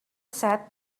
sat